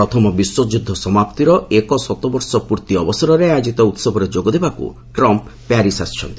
ପ୍ରଥମ ବିଶ୍ୱଯୁଦ୍ଧ ସମାପ୍ତିର ଏକଶତବର୍ଷ ପୂର୍ତ୍ତି ଅବସରରେ ଆୟୋଜିତ ଉସବରେ ଯୋଗଦେବାକୁ ଟ୍ରମ୍ପ୍ ପ୍ୟାରିସ୍ ଆସିଛନ୍ତି